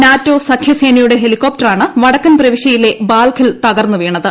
നാറ്റോസഖ്യസേനയുടെ ഹെലികോപ്റ്ററാണ് വടക്കൻ പ്രവശ്യയിലെ ബാൽഖിൽ തകർന്ന് വീണത്